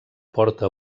porta